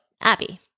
Abby